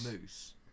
moose